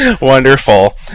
Wonderful